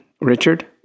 Richard